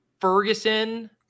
Ferguson